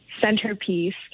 centerpiece